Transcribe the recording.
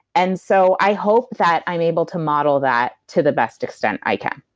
and so i hope that i'm able to model that to the best extent i can